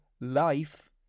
life